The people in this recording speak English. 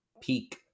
peak